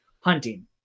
hunting